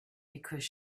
because